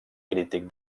crític